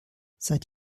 seit